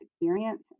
experience